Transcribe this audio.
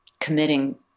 committing